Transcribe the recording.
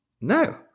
No